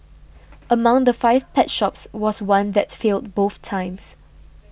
among the five pet shops was one that failed both times